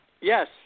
Yes